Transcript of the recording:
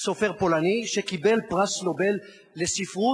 סופר פולני שקיבל פרס נובל לספרות.